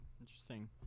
interesting